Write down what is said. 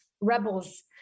rebels